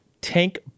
Tank